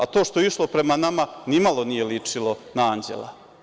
A to što je išlo prema nama, ni malo nije ličilo na anđela.